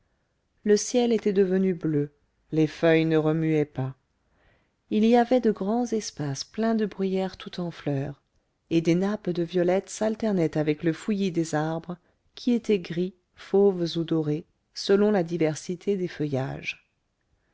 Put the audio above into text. le ciel était devenu bleu les feuilles ne remuaient pas il y avait de grands espaces pleins de bruyères tout en fleurs et des nappes de violettes s'alternaient avec le fouillis des arbres qui étaient gris fauves ou dorés selon la diversité des feuillages